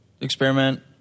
experiment